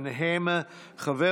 ובין השאר היה חבר